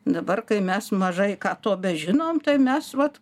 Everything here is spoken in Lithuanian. dabar kai mes mažai ką to bežinom tai mes vat